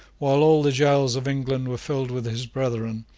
while all the gaols of england were filled with his brethren,